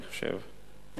אני חושב,